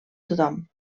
tothom